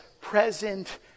present